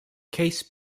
case